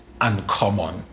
uncommon